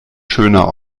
schöner